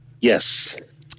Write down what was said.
Yes